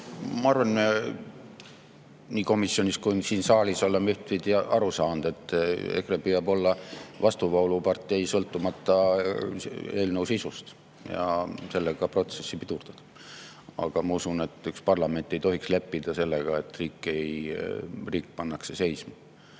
Ma arvan, et nii komisjonis kui ka siin saalis me oleme aru saanud, et EKRE püüab olla vastuvoolupartei, sõltumata eelnõu sisust, ja sellega protsessi pidurdada. Aga ma usun, et parlament ei tohiks leppida sellega, et riik pannakse seisma.